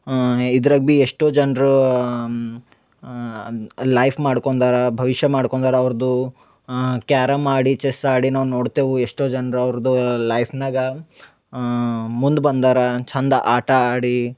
ಇದ್ರಾಗ ಭೀ ಎಷ್ಟೋ ಜನರು ಲೈಫ್ ಮಾಡ್ಕೊಂಡರ ಭವಿಷ್ಯ ಮಾಡ್ಕೊಂಡರ ಅವ್ರದ್ದು ಕ್ಯಾರಮ್ ಆಡಿ ಚೆಸ್ ಆಡಿ ನಾವು ನೋಡ್ತೇವೆ ಎಷ್ಟೋ ಜನ್ರು ಅವ್ರದ್ದು ಲೈಫ್ನ್ಯಾಗ ಮುಂದೆ ಬಂದಾರ ಚಂದ ಆಟ ಆಡಿ